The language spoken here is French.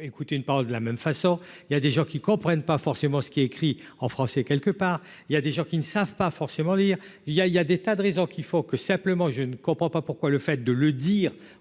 écouter une parole de la même façon, il y a des gens qui comprennent pas forcément ce qui est écrit en français, quelque part, il y a des gens qui ne savent pas forcément lire il y a, il y a des tas de raisons qu'il faut que, simplement, je ne comprends pas pourquoi le fait de le dire,